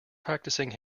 practising